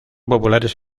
populares